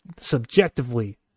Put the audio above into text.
subjectively